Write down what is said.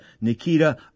Nikita